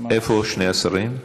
איפה שני השרים?